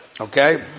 okay